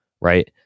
right